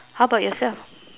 how about yourself